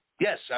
Yes